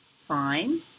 fine